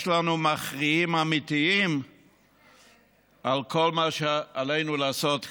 לנו מכריעים אמיתיים בכל מה שעלינו לעשות כאן.